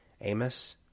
Amos